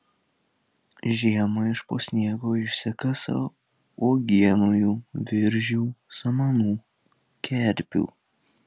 žiemą iš po sniego išsikasa uogienojų viržių samanų kerpių